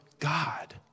God